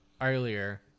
earlier